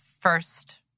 first